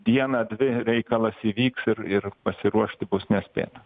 dieną dvi reikalas įvyks ir ir pasiruošti bus nespėta